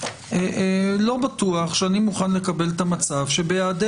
אני לא בטוח שאני מוכן לקבל את המצב שבהיעדר